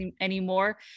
anymore